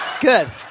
Good